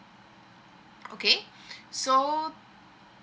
okay so